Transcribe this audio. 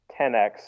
10x